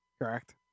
correct